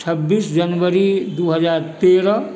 छब्बीस जनवरी दू हजार तेरह